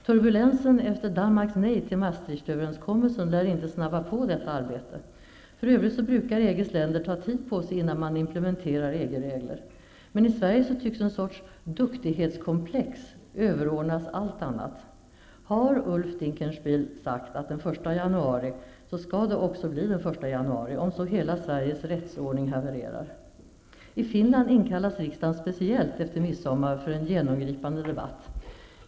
Turbulensen efter Danmarks nej till Maastrichtöverenkommelsen lär inte snabba på detta arbete. För övrigt brukar EG:s länder ta tid på sig innan man implementerar EG-regler. Men i Sverige tycks en sorts duktighetskomplex överordnas allt annat. Har Ulf Dinkelspiel sagt den 1 januari, så skall det också bli den 1 januari, om så hela Sveriges rättsordning havererar! I Finland inkallas riksdagen speciellt efter midsommar för en genomgripande debatt.